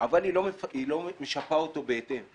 אבל היא לא משפה אותו בהתאם.